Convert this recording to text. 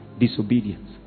disobedience